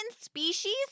species